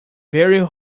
very